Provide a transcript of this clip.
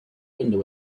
window